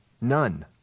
None